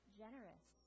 generous